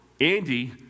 Andy